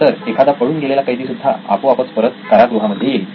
तर एखादा पळून गेलेला कैदी सुद्धा आपोआपच परत कारागृहामध्ये येईल